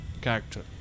character